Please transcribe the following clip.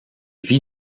vit